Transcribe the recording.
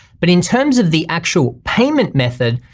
but in terms of the actual payment method,